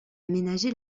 aménagé